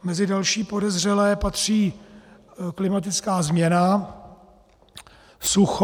Mezi další podezřelé patří klimatická změna, sucho.